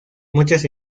muchas